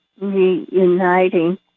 reuniting